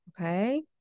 Okay